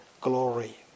glory